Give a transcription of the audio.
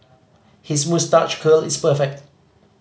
his moustache curl is perfect